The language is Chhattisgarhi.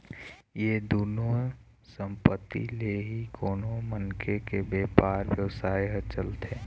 ये दुनो संपत्ति ले ही कोनो मनखे के बेपार बेवसाय ह चलथे